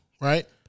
right